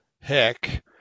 heck